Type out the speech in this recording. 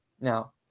Now